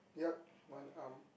yup one arm